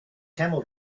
camel